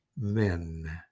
Men